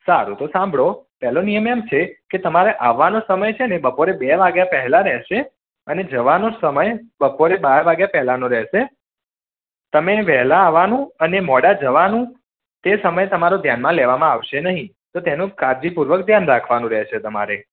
સારું તો સાંભળો પહેલો નિયમ એમ છે કે તમારે આવવાનો સમય છે ને બપોરે બે વાગ્યા પહેલાં રહેશે અને જવાનો સમય બપોરે બાર વાગ્યા પહેલાંનો રહેશે તમે વહેલાં આવવાનું અને મોડા જવાનું તે સમય તમારો ધ્યાનમાં લેવામાં આવશે નહીં તો તેનું કાળજીપૂર્વક ધ્યાન રાખવાનું રહેશે તમારે